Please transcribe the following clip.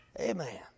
Amen